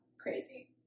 crazy